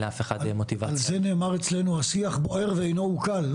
על זה נאמר אצלנו השיח בוער ואינו אוכל.